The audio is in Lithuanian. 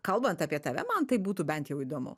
kalbant apie tave man tai būtų bent jau įdomu